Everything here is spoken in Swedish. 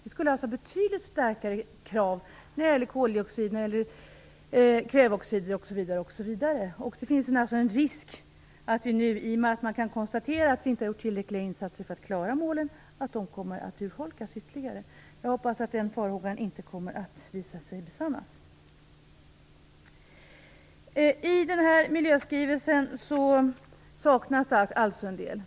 Vi skulle alltså ha betydligt starkare krav när det gäller koldioxid, kväveoxider osv. I och med att man kan konstatera att vi inte har gjort tillräckliga insatser för att klara målen finns det en risk för att de kommer att urholkas ytterligare. Jag hoppas att den farhågan inte kommer att besannas. I den här miljöskrivelsen saknas det alltså en del.